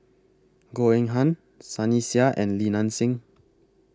Goh Eng Han Sunny Sia and Li NAN Xing